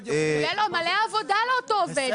יהיה לו מלא עבודה לאותו עובד.